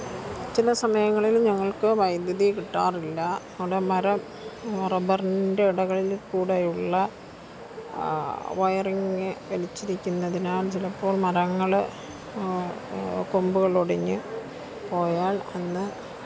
ചില സമയങ്ങളിൽ ഞങ്ങള്ക്ക് വൈദ്യുതി കിട്ടാറില്ല അവിടെ മരം റബറിന്റെ ഇടകളിൽ കൂടെയുള്ള വയറിംഗ് കടിച്ചിരിക്കുന്നതിനാല് ചിലപ്പോള് മരങ്ങൾ കൊമ്പുകളൊടിഞ്ഞു പോയാല് അന്ന്